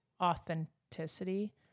authenticity